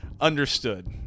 Understood